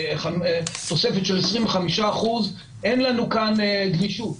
תוספת של 25% - ואין לנו גמישות.